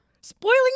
Spoiling